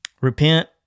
Repent